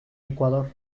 ecuador